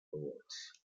awards